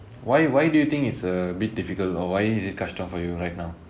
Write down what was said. why why do you think it's a bit difficult or why is it கஷ்டம்:kashtam for you right now